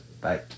Bye